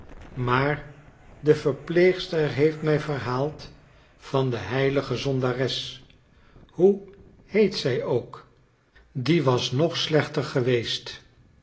maar de verpleegster heeft mij verhaald van de heilige zondares hoe heet zij ook die was nog slechter geweest